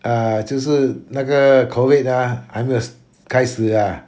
ah 就是那个 COVID ah 还没有 s~ 开始 ah